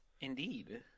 Indeed